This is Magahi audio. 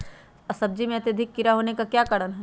सब्जी में अत्यधिक कीड़ा होने का क्या कारण हैं?